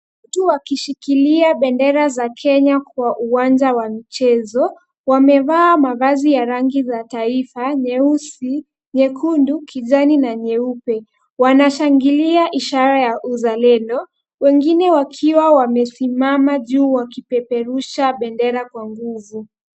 Watu wakishikilia bendera za Kenya kwa uwanja wa michezo. Wamevaa mavazi ya rangi za taifa nyeusi, nyekundu, kijani na nyeupe. Wanashangilia ishara ya uzalendo, wengine wakiwa wamesimama juu wakipeperusha bendera kwa nguvu.